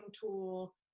tool